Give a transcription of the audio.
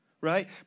right